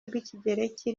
rw’ikigereki